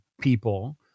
people